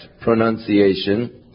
pronunciation